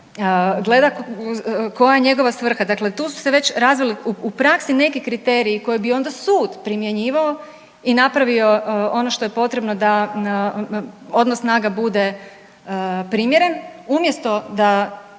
gleda koja je njegova svrha, dakle tu su se već razvili u praksi neki kriteriji koji bi onda sud primjenjivao i napravio ono što je potrebno da odnos snaga bude primjer. Umjesto da